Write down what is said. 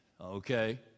okay